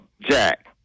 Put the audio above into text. Jack